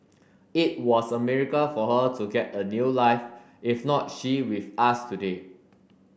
it was a miracle for her to get a new life if not she with us today